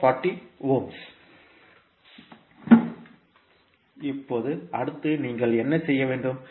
இப்போது இப்போது அடுத்து நீங்கள் என்ன செய்ய வேண்டும்